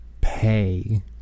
pay